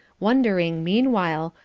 wondering, meanwhile,